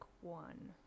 one